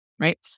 right